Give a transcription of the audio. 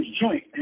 joint